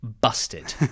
busted